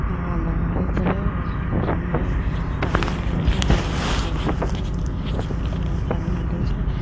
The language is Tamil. நான் ரொம்ப பழமையடைஞ்ச ரொம்ப பழமையடைஞ்சது இப்போ பழமையடைஞ்ச